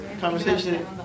conversation